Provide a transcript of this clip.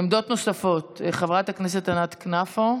עמדות נוספות: חברת הכנסת ענת כנפו,